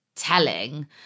telling